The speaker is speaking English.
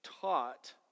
taught